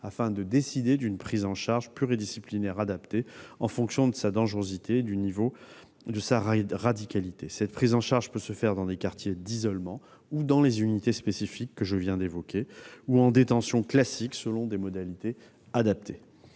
afin de décider d'une prise en charge pluridisciplinaire adaptée, en fonction du danger qu'il représente et du niveau de sa radicalité. Cette prise en charge peut se faire dans les quartiers d'isolement, dans les unités spécifiques que je viens d'évoquer ou en détention classique selon des modalités adaptées.